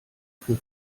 für